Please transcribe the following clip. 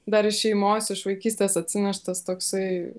dar iš šeimos iš vaikystės atsineštas toksai